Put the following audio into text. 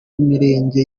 imirenge